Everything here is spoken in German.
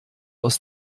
aus